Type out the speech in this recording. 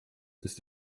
ist